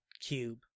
Cube